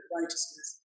righteousness